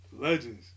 Legends